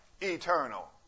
eternal